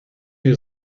hear